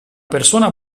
persona